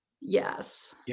yes